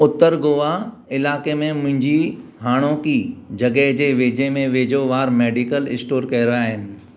उत्तर गोवा इलाइक़े में मुंहिंजी हाणोकी जॻह जे वेझे में वेझो वार मेडिकल स्टोर कहिड़ा आहिनि